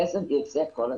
הכסף יוצא כל הזמן.